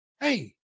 hey